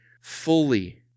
fully